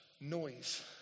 noise